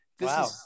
Wow